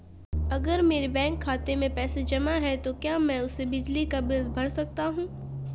अगर मेरे बैंक खाते में पैसे जमा है तो क्या मैं उसे बिजली का बिल भर सकता हूं?